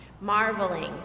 marveling